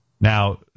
Now